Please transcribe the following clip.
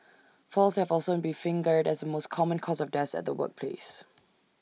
falls have also been fingered as the most common cause of deaths at the workplace